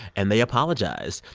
and they apologized.